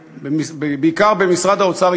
בעיקר במשרד האוצר,